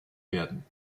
werden